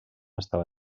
estava